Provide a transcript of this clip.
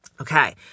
Okay